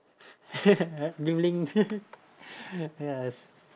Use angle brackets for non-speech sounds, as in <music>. <laughs> blink blink <laughs> yes